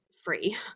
Free